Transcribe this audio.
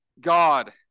God